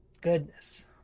Goodness